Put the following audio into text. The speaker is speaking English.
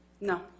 No